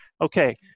okay